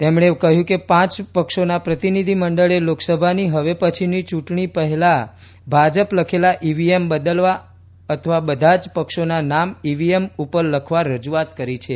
તેમણે કહ્યું કે પાંચ પક્ષોના પ્રતિનિધિમંડળે લોકસભાની હવે પછીની ચૂંટણી પહેલા ભાજપ લખેલા ઈવીએમ બદલવા અથવા બધા જ પક્ષોના નામ ઇવીએમ ઉપર લખવા રજૂઆત કરી છે